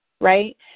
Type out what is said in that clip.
right